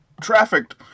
trafficked